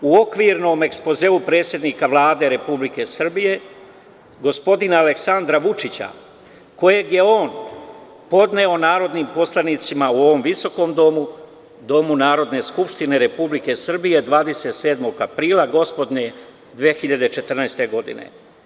U okvirnom ekspozeu predsednika Vlade Republike Srbije, gospodina Aleksandra Vučića, kojeg je on podneo narodnim poslanicima u ovom visokom domu, domu Narodne skupštine Republike Srbije, 27. aprila 2014. godine.